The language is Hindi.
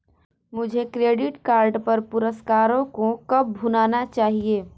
मुझे क्रेडिट कार्ड पर पुरस्कारों को कब भुनाना चाहिए?